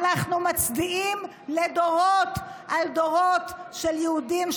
אנחנו מצדיעים לדורות על דורות של יהודים,